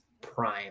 prime